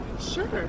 Sure